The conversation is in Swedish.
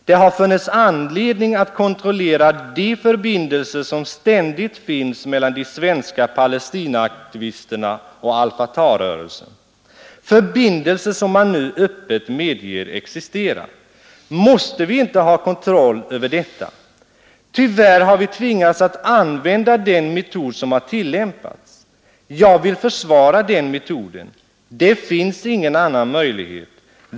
Det har funnits anledning att kontrollera de förbindelser som ständigt finns mellan de svenska palestinaaktivisterna och al Fatah-rörelsen, förbindelser som man nu öppet medger existerar. Måste inte vi ha kontroll över detta? Tyvärr har vi tvingats att använda den metod som har tillämpats. Jag vill försvara den metoden. Det finns ingen annan möjlighet.